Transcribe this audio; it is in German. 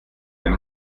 wenn